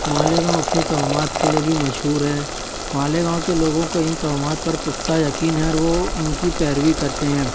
مالیگاؤں اپنی توہمات کے لیے بھی مشہور ہے مالیگاؤں کے لوگوں کو ان توہمات پر پختہ یقین ہے اور وہ ان کی پیروی کرتے ہیں